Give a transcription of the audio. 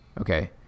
Okay